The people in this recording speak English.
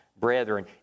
brethren